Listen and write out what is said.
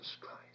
Christ